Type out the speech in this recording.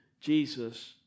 Jesus